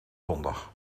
zondag